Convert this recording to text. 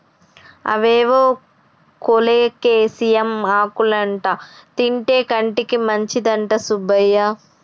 అవేవో కోలేకేసియం ఆకులంటా తింటే కంటికి మంచిదంట సుబ్బయ్య